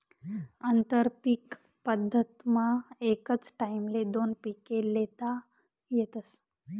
आंतरपीक पद्धतमा एकच टाईमले दोन पिके ल्हेता येतस